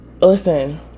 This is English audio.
listen